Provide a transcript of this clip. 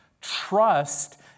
Trust